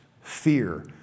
fear